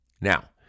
Now